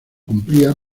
cumplía